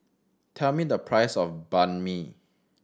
tell me the price of Banh Mi